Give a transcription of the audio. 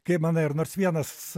kaip manai ar nors vienas